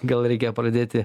gal reikia pradėti